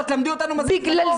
את תלמדי אותנו מה זה גזענות?